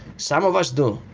some of us do,